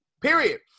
Period